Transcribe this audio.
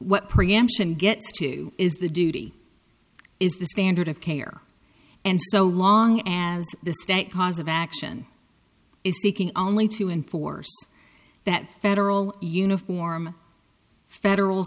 what preemption gets to is the duty is the standard of care and so long as the cause of action is seeking only to enforce that federal uniform federal